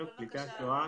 פליטי השואה